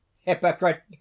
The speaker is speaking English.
hypocrite